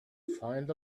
find